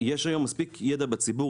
יש היום מספיק ידע בציבור.